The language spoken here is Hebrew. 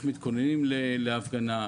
איך מתכוננים להפגנה,